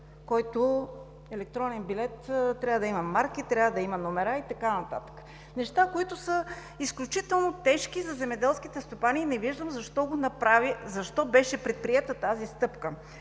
с електронен билет, който трябва да има марки, номера и така нататък – неща, които са изключително тежки за земеделските стопани, и не виждам защо беше предприета тази стъпка.